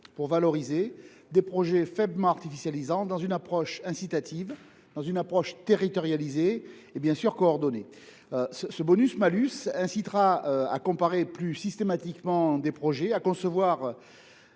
pour valoriser des projets faiblement artificialisants dans une approche incitative, territorialisée et coordonnée. Ce bonus malus incitera à comparer plus systématiquement des projets, à concevoir